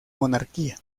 monarquía